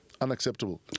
unacceptable